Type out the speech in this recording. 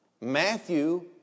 Matthew